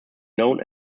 known